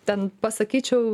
ten pasakyčiau